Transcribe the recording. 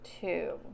two